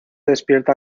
despierta